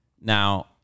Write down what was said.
Now